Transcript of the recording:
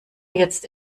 jetzt